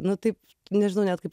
nu taip nežinau net kaip